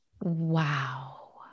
Wow